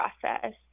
process